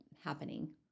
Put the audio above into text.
happening